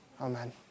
Amen